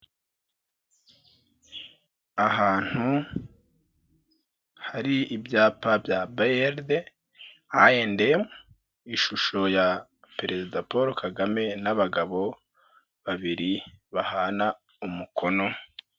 Ahantu hari ibyapa bya BRD, A&M, ishusho ya Perezida Paul Kagame n'abagabo babiri bahana umukono.